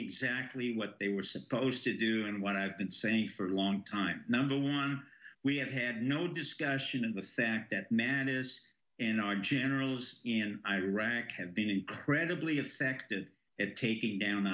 exactly what they were supposed to do and what i've been saying for a long time number one we have had no discussion of the fact that man is in our generals in iraq have been incredibly effective at taking down